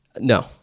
No